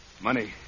money